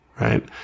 right